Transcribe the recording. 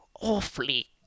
awfully